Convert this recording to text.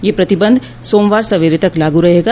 ये प्रतिबंध सोमवार सवेरे तक लागू रहेगा